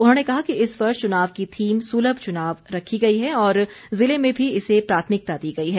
उन्होंने कहा कि इस वर्ष चुनाव की थीम सुलभ चुनाव रखी गई है और जिले में भी इसे प्राथमिकता दी गई है